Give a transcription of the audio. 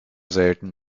selten